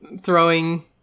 throwing